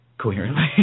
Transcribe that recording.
Coherently